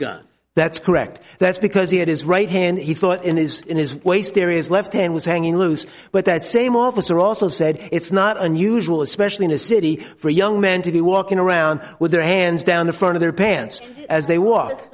gun that's correct that's because he had his right hand he thought in his in his waist areas left hand was hanging loose but that same officer also said it's not unusual especially in a city for young men to be walking around with their hands down the front of their pants as they wa